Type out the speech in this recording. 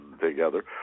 together